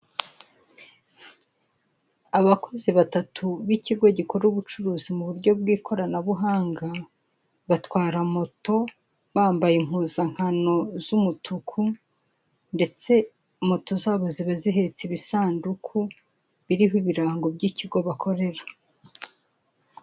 Abakozi batatu b'ikigo gikora ubucuruzi mu buryo bw'ikoranabuhanga, batwara moto mambaye impuzankano z''umutuku, ndetse moto zabo ziba zihetse ibisanduku biriho ibirango by'ikigo bakorera.